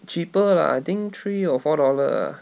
cheaper lah I think three or four dollar ah